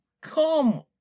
Come